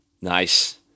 nice